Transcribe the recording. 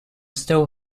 still